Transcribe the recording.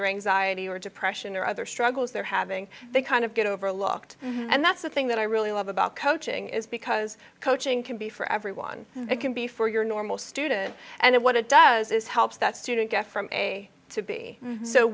their anxiety or depression or other struggles they're having they kind of get overlooked and that's the thing that i really love about coaching is because coaching can be for everyone it can be for your normal student and it what it does is helps that student get from a to b